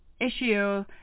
issue